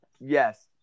yes